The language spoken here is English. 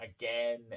again